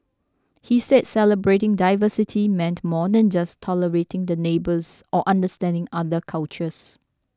he said celebrating diversity meant more than just tolerating the neighbours or understanding other cultures